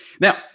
Now